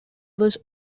was